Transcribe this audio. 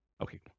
Okay